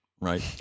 right